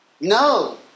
No